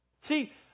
See